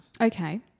Okay